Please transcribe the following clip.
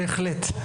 בהחלט.